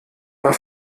war